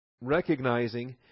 recognizing